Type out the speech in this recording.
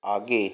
आगे